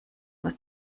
was